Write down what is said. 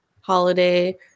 holiday